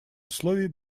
условий